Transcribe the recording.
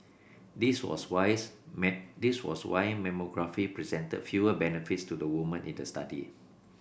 this was wines this was why mammography presented fewer benefits to the woman in the study